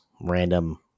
random